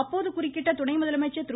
அப்போது குறுக்கிட்ட துணை முதலமைச்சர் திரு